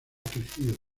crecido